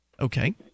Okay